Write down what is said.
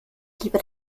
lieber